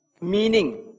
meaning